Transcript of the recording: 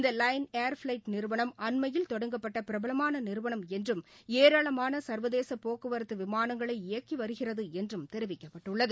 இந்தலயன் ஏர்பிளைட் நிறவனம் அண்மையில் தொடங்கப்பட்டபிரபலமானநிறுவனம் என்றும் ஏராளமானசா்வதேசபோக்குவரத்துவிமானங்களை இயக்கிவருகிறதுஎன்றும் தெரிவிக்கப்பட்டுள்ளது